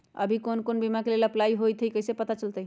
अभी कौन कौन बीमा के लेल अपलाइ होईत हई ई कईसे पता चलतई?